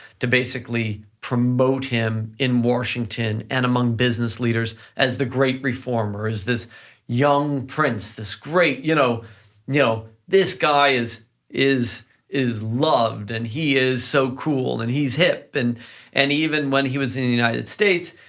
to basically promote him in washington and among business leaders, as the great reformer, as this young prince, this great, you know you know this guy is is loved and he is so cool and he's hip and and even when he was in the united states,